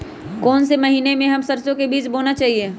कौन से महीने में हम सरसो का बीज बोना चाहिए?